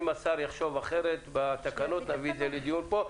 אם השר יחשוב אחרת בתקנות, נביא את זה לדיון פה.